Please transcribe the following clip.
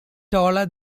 taller